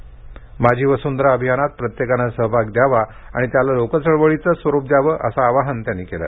माझी वसुंधरा अभियानात प्रत्येकाने सहभाग द्यावा आणि त्याला लोकचळवळीचं स्वरुप द्यावं असे आवाहनही ठाकरे यांनी केलं